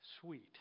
sweet